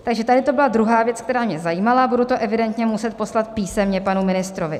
Takže tady to byla druhá věc, která mě zajímala, budu to evidentně muset poslat písemně panu ministrovi.